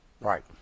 Right